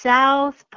South